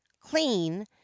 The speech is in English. clean